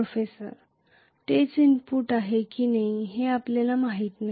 professor तेच input आहे की नाही हे आपल्याला माहित नाही